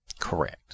correct